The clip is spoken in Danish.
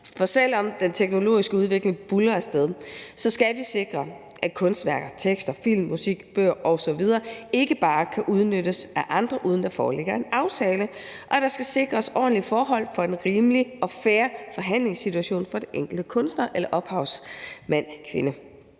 For selv om den teknologiske udvikling buldrer af sted, skal vi sikre, at kunstværker, tekster, film, musik, bøger osv. ikke bare kan udnyttes af andre, uden at der foreligger en aftale, og der skal sikres ordentlige forhold for en rimelig og fair forhandlingssituation for den enkelte kunstner eller ophavsmand eller -kvinde.